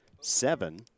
seven